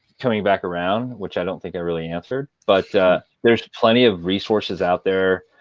coming back around, which i don't think i really answered, but there's plenty of resources out there.